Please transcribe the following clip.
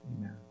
Amen